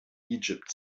egypt